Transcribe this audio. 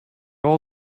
all